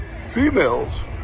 females